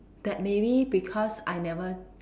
that maybe because I never